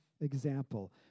example